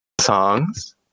songs